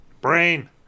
Brain